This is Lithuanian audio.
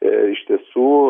iš tiesų